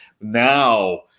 now